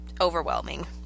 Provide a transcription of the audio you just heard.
overwhelming